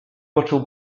poczuł